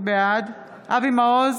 בעד אבי מעוז,